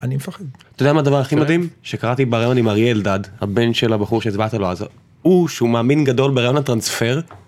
אני מפחד. אתה יודע מה הדבר הכי מדהים, שקראתי בראיון עם אריה אלדד, הבן של הבחור שהצבעת לו, אז הוא, שהוא מאמין גדול ברעיון הטרנספר,